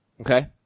Okay